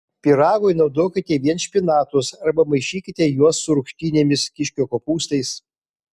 pyragui naudokite vien špinatus arba maišykite juos su rūgštynėmis kiškio kopūstais